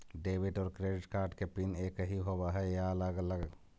Debit और credit card के PIN एकही होव हइ या अलग अलग?